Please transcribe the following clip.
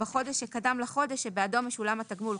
בחודש שקדם לחודש שבעדו משולם התגמול.